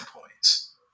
points